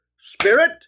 spirit